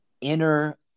inner